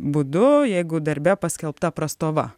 būdu jeigu darbe paskelbta prastova